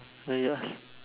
no you ask